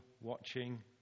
watching